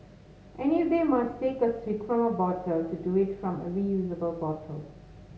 and if they must take a swig from a bottle to do it from a reusable bottle